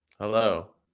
Hello